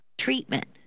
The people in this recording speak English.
treatment